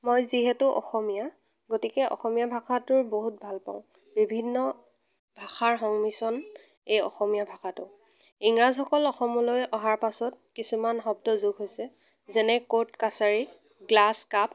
মই যিহেতু অসমীয়া গতিকে অসমীয়া ভাষাটো বহুত ভাল পাওঁ বিভিন্ন ভাষাৰ সংমিশ্ৰণ এই অসমীয়া ভাষাটো ইংৰাজসকল অসমলৈ অহাৰ পাছত কিছুমান শব্দ যোগ হৈছে যেনে কৰ্ট কাছাৰী গ্লাছ কাপ